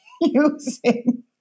using